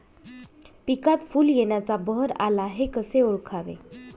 पिकात फूल येण्याचा बहर आला हे कसे ओळखावे?